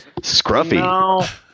scruffy